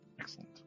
Excellent